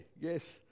Yes